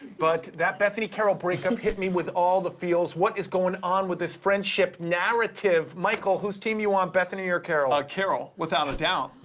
but that bethenny carole breakup hit me with all the feels. what is going on with this friendship narrative? michael, whose team you on, bethenny or carole? ah, carole, without a doubt.